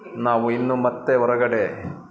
ನಾವು ಇನ್ನು ಮತ್ತೆ ಹೊರಗಡೆ